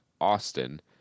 Austin